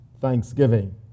thanksgiving